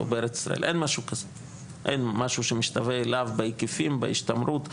אין משהו שמשתווה אליו בהיקפים, בהשתמרות.